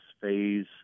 phase